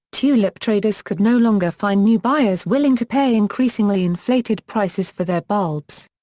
tulip traders could no longer find new buyers willing to pay increasingly inflated prices for their bulbs.